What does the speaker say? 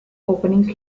opening